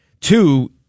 Two